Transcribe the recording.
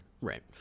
Right